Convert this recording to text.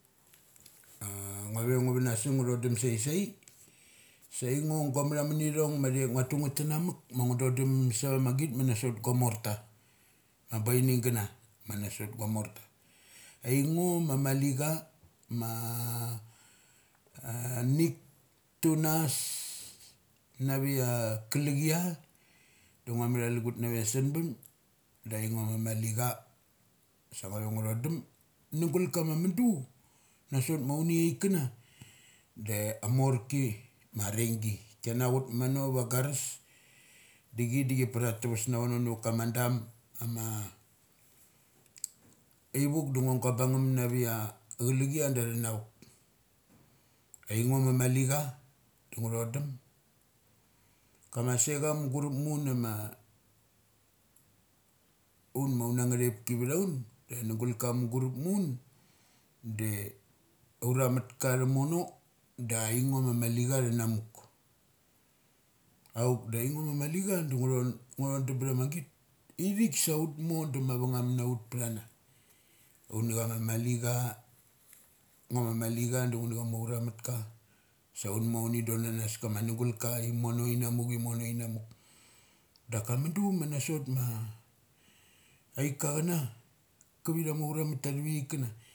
A ngua ve ngu van nasung ngu tho dum saisai. Sa aingo gua matha mun ithong ma thiathik ngua tu ngeth in na muk ma do clum sava ma git ma na sot guamorta ma baining gana mana sot guamor ta. Aingo ma malicha ma nik tunas na ve ia kalichia, da ngua matha alugut na veia sanbarn da aingo ma malicha. Sa nguave ngu thodum. Nugul ka ma mudu ma na sot aunichaik kana. Da amor ki ma ari nggi chiana chut mano va garas da chi da chi par athaves na vono ha va ka ma dum ama ai vuk da ngo gua bang ngum na ve ia chala chia da tha na vuk. Aingo ma mali cha da ngutho dum kama secha mngurup mu un ama un ma una nga thep ki vtha un da an nugulka mugurup mu un de, auramath ka tha mono da aingo ma mali cha tha n amuk. Auk da ai ngo ma malicha da ngu thon, ngu thodum btha ma git. Ithik sa ut mor ma vang ngum naut pthana. Uni ama malicha. Ngo ma mali cha da ngu na cha ngu na cha ma ura mut ka sa unmo uni don a nas kama nugulka imono, in namuk, imono in amuk. Daka mudu ma na sotma aik ka cha na kavi tha mor cha rem mata thavi kana